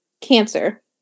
Cancer